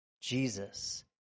Jesus